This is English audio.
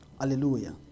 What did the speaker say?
Hallelujah